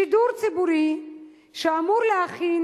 שידור ציבורי שאמור להכין